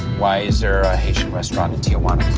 why is there a haitian restaurant in tijuana?